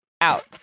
Out